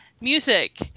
music